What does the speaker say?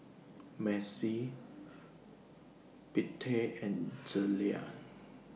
Macy Bettye and Zelia